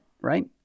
right